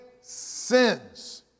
sins